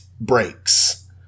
breaks